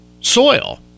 Soil